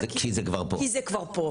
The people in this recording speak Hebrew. כי זה כבר פה.